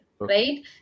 Right